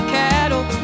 cattle